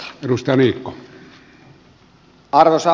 arvoisa puhemies